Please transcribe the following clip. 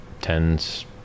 tens